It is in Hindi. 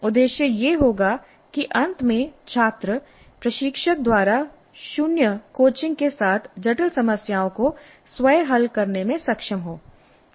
उद्देश्य यह होगा कि अंत में छात्र प्रशिक्षक द्वारा शून्य कोचिंग के साथ जटिल समस्याओं को स्वयं हल करने में सक्षम हों